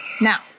now